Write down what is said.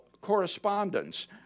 correspondence